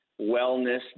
wellness